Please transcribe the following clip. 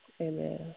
Amen